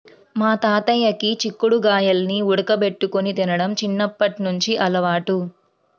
మా తాతయ్యకి చిక్కుడు గాయాల్ని ఉడకబెట్టుకొని తినడం చిన్నప్పట్నుంచి అలవాటు